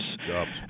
Jobs